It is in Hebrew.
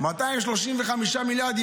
235 מיליארד,